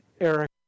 Eric